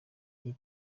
iri